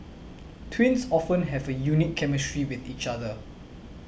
twins often have a unique chemistry with each other